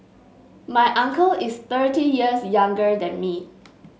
my uncle is thirty years younger than me